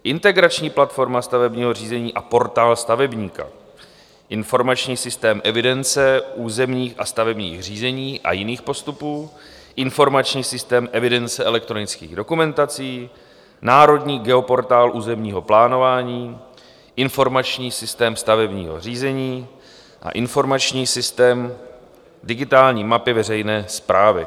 Integrační platforma stavebního řízení a Portál stavebníka, Informační systém evidence územních a stavebních řízení a jiných postupů, Informační systém evidence elektronických dokumentací, Národní geoportál územního plánování, Informační systém stavebního řízení a Informační systém digitální mapy veřejné správy.